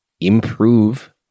improve